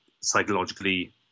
psychologically